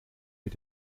mit